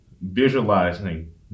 visualizing